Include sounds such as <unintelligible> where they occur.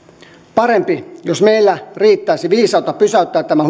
parempi jos meillä riittäisi viisautta pysäyttää tämä <unintelligible>